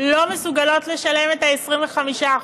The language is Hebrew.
לא מסוגלות לשלם את ה-25%,